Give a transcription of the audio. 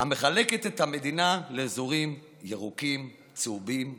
המחלקת את המדינה לאזורים ירוקים, צהובים ואדומים,